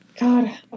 god